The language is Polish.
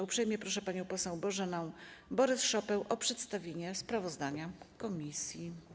Uprzejmie proszę panią poseł Bożenę Borys-Szopę o przedstawienie sprawozdania komisji.